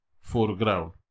foreground